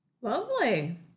Lovely